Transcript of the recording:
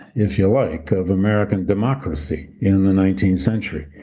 if you like, of american democracy in the nineteenth century.